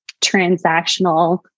transactional